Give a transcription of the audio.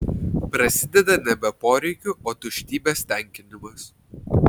prasideda nebe poreikių o tuštybės tenkinimas